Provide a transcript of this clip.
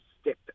stick